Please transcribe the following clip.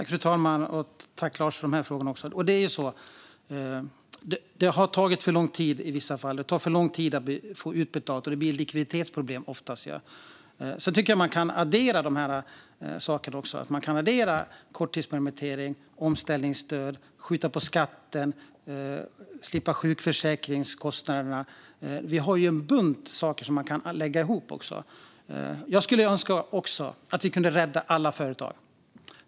Fru talman! Tack, Lars, för frågorna! Det har tagit för lång tid i vissa fall. Det tar för lång tid att få stöd utbetalt, och det blir likviditetsproblem. Sedan tycker jag att man kan addera korttidspermittering, omställningsstöd, uppskjuten skatt och detta med att slippa sjukförsäkringskostnaderna. Vi har ju en bunt saker som man kan lägga ihop. Jag skulle också önska att vi kunde rädda alla företag.